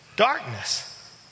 Darkness